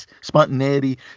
spontaneity